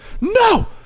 No